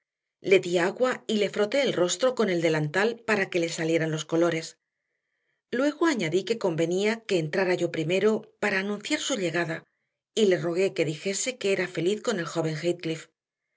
di agua y le froté el rostro con el delantal para que le salieran los colores luego añadí que convenía que entrara yo primero para anunciar su llegada y le rogué que dijese que era feliz con el joven